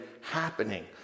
happening